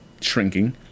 shrinking